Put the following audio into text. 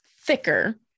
thicker